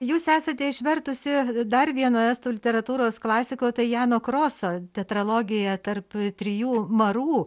jūs esate išvertusi dar vienu estų literatūros klasiko jano kroso tetralogiją tarp trijų marų